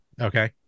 okay